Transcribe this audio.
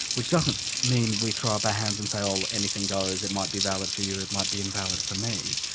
which doesn't mean we throw up our hands and say, oh, anything goes, it might be valid for you, it might be invalid for me.